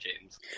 James